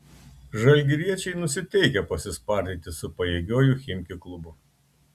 žalgiriečiai nusiteikę pasispardyti su pajėgiuoju chimki klubu